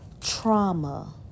trauma